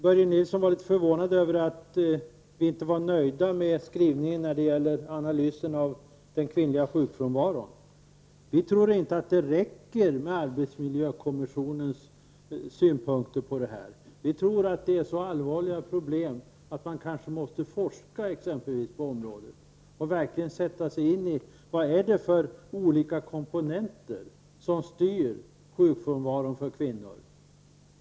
Börje Nilsson var litet förvånad över att vi inte var nöjda med skrivningen när det gäller analysen av den kvinnliga sjukfrånvaron. Vi tror inte att det räcker med arbetsmiljökommissionens synpunkter på det. Vi tror att det är så allvarliga problem att man kanske exempelvis måste forska på området och verkligen sätta sig in i vad det är för olika komponenter som styr sjukfrånvaron för kvinnor.